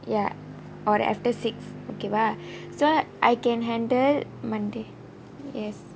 ya or after six okay வா:vaa so I can handle monday yes